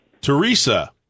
Teresa